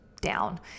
down